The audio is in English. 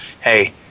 hey